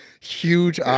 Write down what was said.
huge